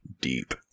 Deep